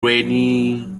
rainy